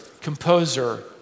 composer